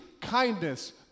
kindness